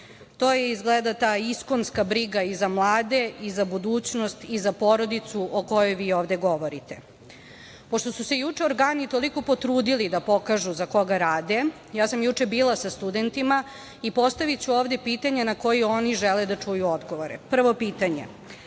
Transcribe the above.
To je izgleda ta iskonska briga za mlade i za budućnost i za porodicu o kojoj vi ovde govorite. Pošto su se juče organi toliko potrudili da pokažu za koga rade, ja sam juče bila sa studentima i postaviću ovde pitanje na koji oni žele da čuju odgovore. Prvo pitanje,